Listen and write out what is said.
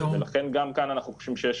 ולכן גם כאן אנחנו חושבים שיש